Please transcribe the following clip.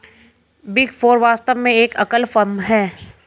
big four वास्तव में एक एकल फर्म है